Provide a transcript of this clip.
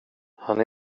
han